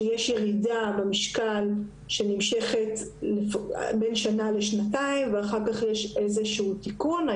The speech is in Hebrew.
שיש ירידה במשקל שנמשכת בין שנה לשנתיים ואחר כך יש איזשהו תיקון.